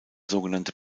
sogenannte